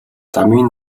замын